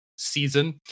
Season